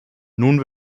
nun